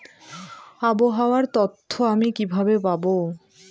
আবহাওয়ার তথ্য আমি কিভাবে পাবো?